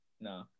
no